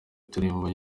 turimo